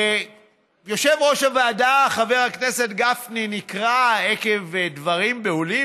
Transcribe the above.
יושב-ראש הוועדה חבר הכנסת גפני נקרא עקב דברים בהולים,